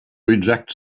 reject